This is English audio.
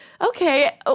okay